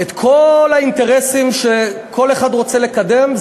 כל האינטרסים שכל אחד רוצה לקדם,